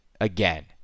again